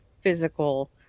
physical